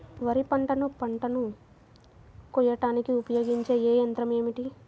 వరిపంటను పంటను కోయడానికి ఉపయోగించే ఏ యంత్రం ఏమిటి?